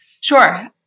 Sure